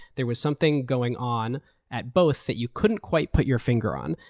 there was something going on at both that you couldnaeurt quite put your finger on.